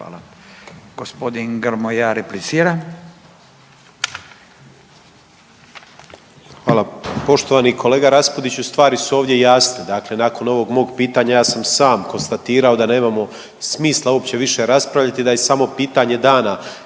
Hvala. Gospodin Grmoja replicira. **Grmoja, Nikola (MOST)** Hvala. Poštovani kolega Raspudiću stvari su ovdje jasne. Dakle, nakon ovog mog pitanja ja sam sam konstatirao da nemamo smisla uopće više raspravljati i da je samo pitanje dana